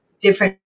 different